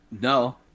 no